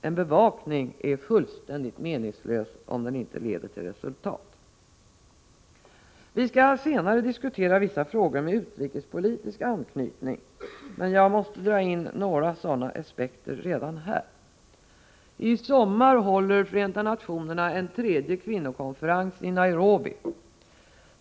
En bevakning är fullständigt meningslös om den inte leder till resultat. Vi skall senare diskutera vissa frågor med utrikespolitisk anknytning. Men jag måste dra in några sådana aspekter redan här. I sommar håller Förenta nationerna en tredje kvinnokonferens i Nairobi.